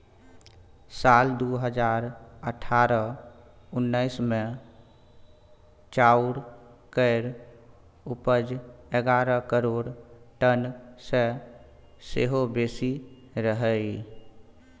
साल दु हजार अठारह उन्नैस मे चाउर केर उपज एगारह करोड़ टन सँ सेहो बेसी रहइ